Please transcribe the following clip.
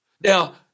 Now